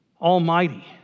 Almighty